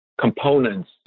components